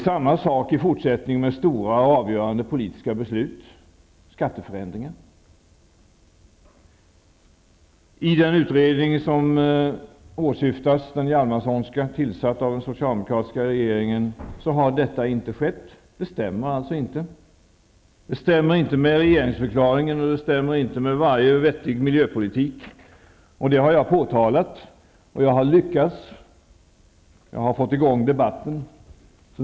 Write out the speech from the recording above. Samma sak gäller i fortsättningen för stora och avgörande politiska beslut, för skatteförändringar. I den utredning som åsyftas, den Hjalmarssonska, tillsatt av den socialdemokratiska regeringen, har detta inte skett. Det stämmer alltså inte. Det stämmer inte med regeringsförklaringen och det stämmer inte med varje vettig miljöpolitik. Det har jag påtalat. Jag har lyckats. Jag har fått i gång debatten.